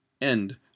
End